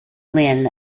linn